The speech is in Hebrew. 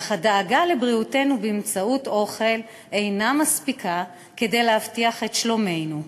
אך הדאגה לבריאותנו באמצעות אוכל אינה מספיקה כדי להבטיח את שלומנו.